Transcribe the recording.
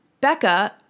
Becca